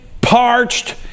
parched